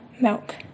milk